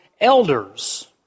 elders